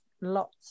lots